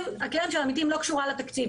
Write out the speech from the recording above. הקרן של עמיתים לא קשורה לתקציב,